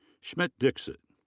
smit dixit.